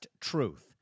Truth